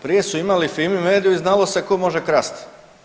Prije su imali Fimi- mediu i znalo se tko može krasti.